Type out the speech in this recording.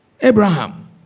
Abraham